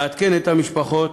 לעדכן את המשפחות